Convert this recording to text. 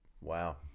Wow